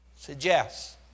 suggests